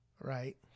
Right